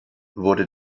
wurde